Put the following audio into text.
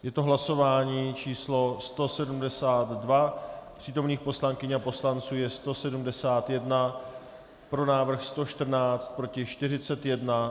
Je to hlasování číslo 172, přítomných poslankyň a poslanců je 171, pro návrh 114, proti 41.